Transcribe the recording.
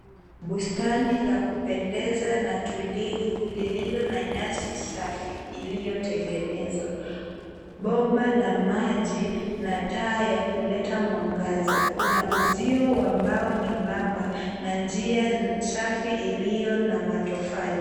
Bustani la kupendeza na tulivu lililo na nyasi safi iliyotengenezwa. Bomba la maji na taa ya kuleta mwangaza, kuna uzio wa mbao nyembamba na njia safi iliyo na matofali.